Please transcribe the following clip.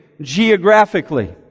geographically